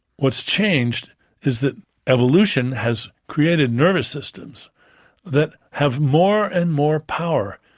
what has changed is that evolution has created nervous systems that have more and more power.